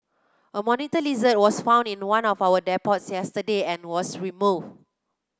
a monitor lizard was found in one of our depots yesterday and was removed